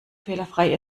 fehlerfrei